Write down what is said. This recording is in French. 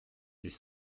les